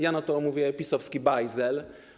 Ja na to mówię PiS-owski bajzel.